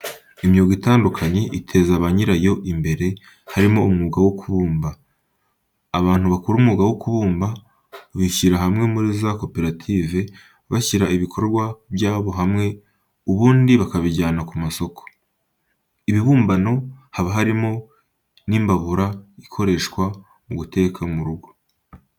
Imyuga itandukanye iteza ba nyirayo imbere, harimo umwuga wo kubumba, abantu bakora umwuga wo kubumba bishyira hamwe muri za koperative, bashyira ibikorwa byabo hamwe ubundi bakabijyana ku masoko. Ibibumbano haba harimo n'imbabura ikoreshwa mu guteka mu rugo.